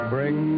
Bring